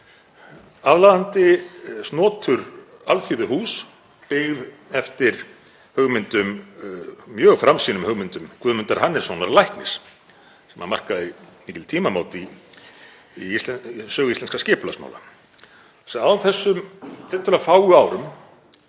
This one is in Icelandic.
aðlaðandi, snotur alþýðuhús, byggð eftir mjög framsýnum hugmyndum Guðmundar Hannessonar læknis, sem markaði mikil tímamót í sögu íslenskra skipulagsmála. Á þessum tiltölulega fáu árum